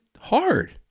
hard